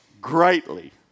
greatly